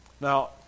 Now